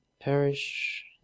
perish